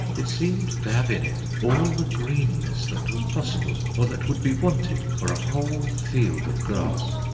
it seemed to have in it all the greenness that was possible or that would be wanted for a whole field of grass.